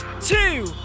two